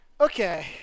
Okay